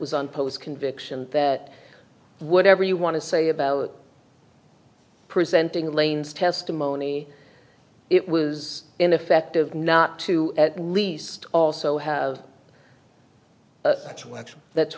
was on post conviction that whatever you want to say about presenting lane's testimony it was ineffective not to at least also have t